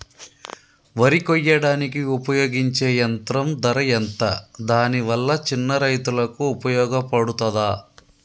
వరి కొయ్యడానికి ఉపయోగించే యంత్రం ధర ఎంత దాని వల్ల చిన్న రైతులకు ఉపయోగపడుతదా?